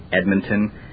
Edmonton